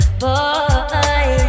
boy